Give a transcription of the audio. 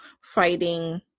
fighting